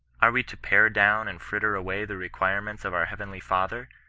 are we to pare down and fritter away the requirements of our heavenly father,